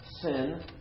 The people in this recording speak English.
Sin